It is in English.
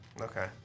Okay